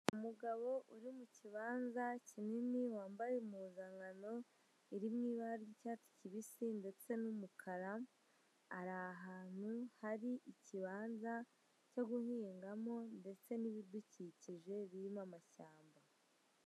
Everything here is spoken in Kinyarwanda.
Umugabo uri mu kibanza kinini wambaye impuzangano iririmo ibara ry'icyatsi kibisi ndetse n'umukara, ari ahantu hari ikibanza cyo guhingamo ndetse n'ibidukikije birimo amashyamba.